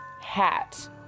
hat